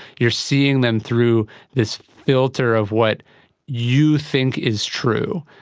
you're seeing them through this filter of what you think is true.